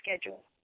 schedule